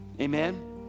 Amen